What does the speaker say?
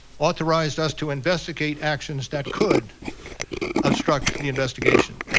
authorized us to investigate actions that could obstruct the investigation.